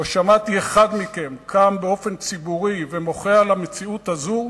לא שמעתי אחד מכם קם באופן ציבורי ומוחה על המציאות הזו,